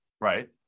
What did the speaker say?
Right